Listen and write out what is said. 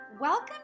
Welcome